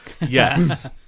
yes